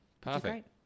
Perfect